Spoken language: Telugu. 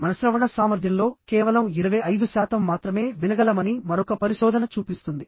మన శ్రవణ సామర్థ్యంలో కేవలం 25 శాతం మాత్రమే వినగలమని మరొక పరిశోధన చూపిస్తుంది